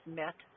met